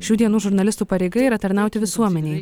šių dienų žurnalistų pareiga yra tarnauti visuomenei